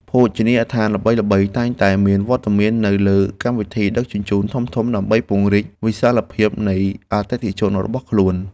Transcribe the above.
ភោជនីយដ្ឋានល្បីៗតែងតែមានវត្តមាននៅលើកម្មវិធីដឹកជញ្ជូនធំៗដើម្បីពង្រីកវិសាលភាពនៃអតិថិជនរបស់ខ្លួន។